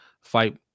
fight